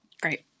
Great